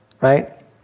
Right